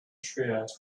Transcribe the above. triad